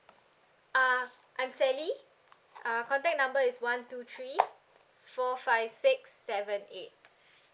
uh I'm sally uh contact number is one two three four five six seven eight